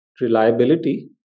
reliability